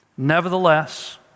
Nevertheless